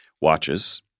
watches